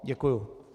Děkuju.